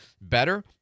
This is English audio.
better